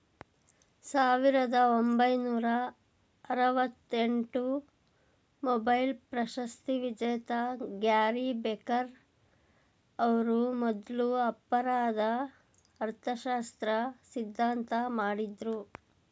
ಸಾವಿರದ ಒಂಬೈನೂರ ಆರವತ್ತಎಂಟು ಮೊಬೈಲ್ ಪ್ರಶಸ್ತಿವಿಜೇತ ಗ್ಯಾರಿ ಬೆಕರ್ ಅವ್ರು ಮೊದ್ಲು ಅಪರಾಧ ಅರ್ಥಶಾಸ್ತ್ರ ಸಿದ್ಧಾಂತ ಮಾಡಿದ್ರು